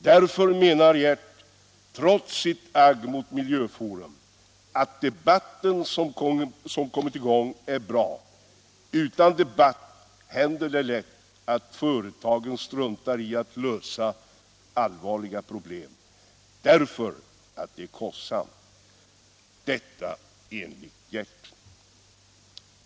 Därför menar Hjert, trots sitt agg mot Miljöforum, att debatten som kommit i gång är bra. Utan debatt händer det lätt att företagen struntar i att lösa allvarliga problem, därför att det är kostsamt. Detta enligt Hjert.